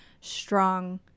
strong